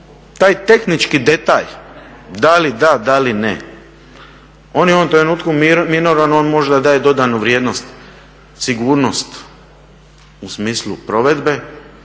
taj tehnički detalj da li da, da li ne, on je u ovom trenutku minoran, on možda daje dodanu vrijednost, sigurnost u smislu provedbe,